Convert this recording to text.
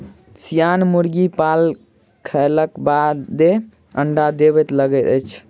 सियान मुर्गी पाल खयलाक बादे अंडा देबय लगैत छै